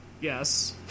Yes